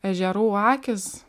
ežerų akys